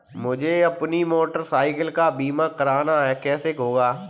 मुझे अपनी motorcycle का बीमा करना है कैसे होगा?